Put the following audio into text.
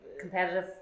competitive